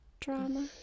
Drama